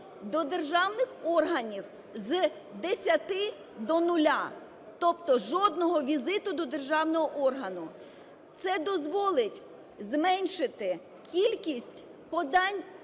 до державних органів з десяти до нуля, тобто жодного візиту до державного органу. Це дозволить зменшити кількість подань